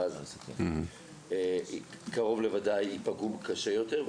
ואז קרוב לוודאי ייפגעו קשה יותר,